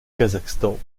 kazakhstan